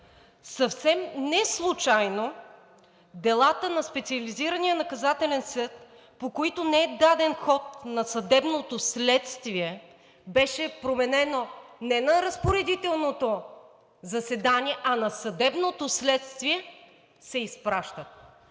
съвсем неслучайно делата на Специализирания наказателен съд, по които не е даден ход на съдебното следствие, беше променено – не на разпоредителното заседание, а на съдебното следствие се изпращат.